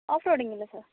of roading ഇല്ല sir